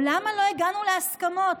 או למה לא הגענו להסכמות?